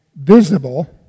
visible